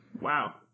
Wow